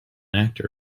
actor